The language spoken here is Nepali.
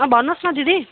अँ भन्नुहोस् न दिदी